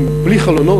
בלי חלונות,